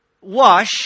wash